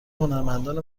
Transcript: هنرمندان